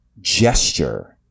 gesture